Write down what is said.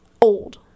Old